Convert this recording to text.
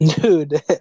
Dude